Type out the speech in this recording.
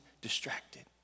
distracted